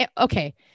Okay